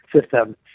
system